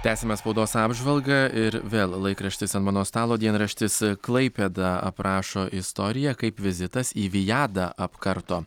tęsiame spaudos apžvalgą ir vėl laikraštis ant mano stalo dienraštis klaipėda aprašo istoriją kaip vizitas į vijadą apkarto